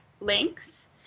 links